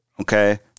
okay